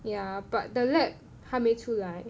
ya but the lab 还没出来